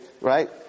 right